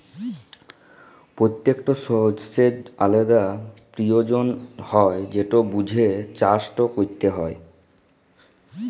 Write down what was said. পত্যেকট শস্যের আলদা পিরয়োজন হ্যয় যেট বুঝে চাষট ক্যরতে হয়